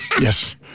yes